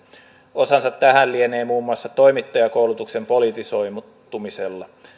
osansa tähän lienee muun muassa toimittajakoulutuksen politisoitumisella